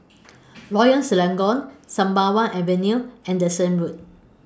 Royal Selangor Sembawang Avenue Anderson Road